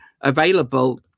available